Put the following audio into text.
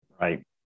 Right